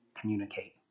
communicate